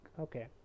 okay